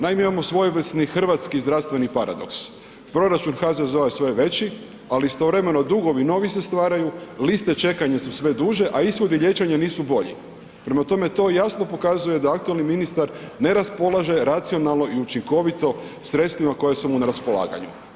Naime, imamo svojevrsni hrvatski zdravstveni paradoks, proračun HZZO-a je sve veći, ali istovremeno dugovi novi se stvaraju, liste čekanja su sve duže, a ishodi liječenja nisu bolji, prema tome to jasno pokazuje da aktualni ministar ne raspolaže racionalno i učinkovito sredstvima koja su mu na raspolaganju.